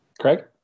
Craig